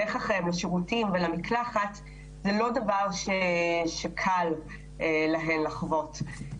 הפסקה והולך אחריהן לשירותים ולמקלחת - זה לא דבר שקל להן לחוות.